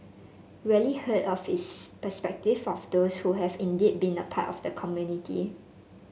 rarely heard of is the perspective of those who have indeed been a part of the community